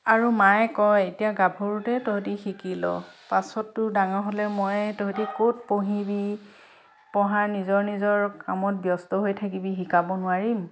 আৰু মায়ে কয় এতিয়া গাভৰুতে তহঁতি শিকি ল পাছততো ডাঙৰ হ'লে মই তহঁতি ক'ত পঢ়িবি পঢ়াৰ নিজৰ নিজৰ কামত ব্যস্ত হৈ থাকিবি শিকাব নোৱাৰিম